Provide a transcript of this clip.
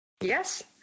Yes